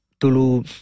tulu